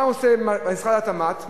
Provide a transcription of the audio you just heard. מה עושה משרד התמ"ת?